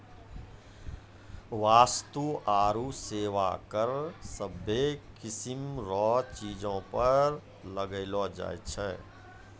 वस्तु आरू सेवा कर सभ्भे किसीम रो चीजो पर लगैलो जाय छै